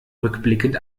rückblickend